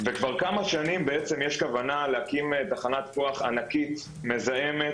וכבר כמה שנים בעצם יש כוונה להקים תחנת כוח ענקית מזהמת,